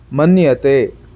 मन्यते